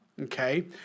Okay